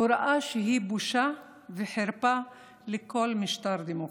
הוראה שהיא בושה וחרפה לכל משטר דמוקרטי.